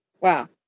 wow